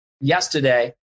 yesterday